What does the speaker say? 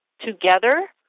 together